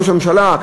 ראש הממשלה,